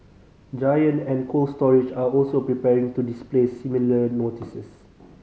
giant and Cold Storage are also preparing to display similar notices